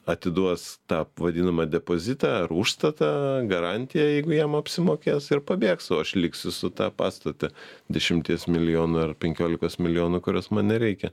atiduos tą vadinamą depozitą ar užstatą garantiją jeigu jam apsimokės ir pabėgs o aš liksiu su ta pastote dešimties milijonų ar penkiolikos milijonų kurios man nereikia